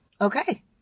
Okay